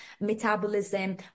metabolism